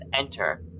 enter